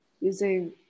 using